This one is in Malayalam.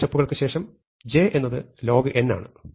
log സ്റ്റെപ്പുകൾക്ക് ശേഷം j എന്നത് log ആണ്